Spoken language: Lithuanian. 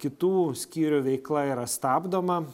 kitų skyrių veikla yra stabdoma